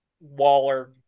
Waller